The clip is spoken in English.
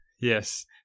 Yes